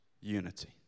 unity